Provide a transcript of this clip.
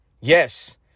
Yes